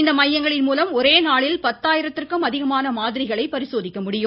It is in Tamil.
இம்மையங்களின் முலம் ஒரே நாளில் பத்தாயிரத்திற்கும் அதிகமான மாதிரிகளை பரிசோதிக்க முடியும்